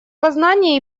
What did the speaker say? познания